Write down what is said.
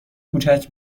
کوچک